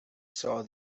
saw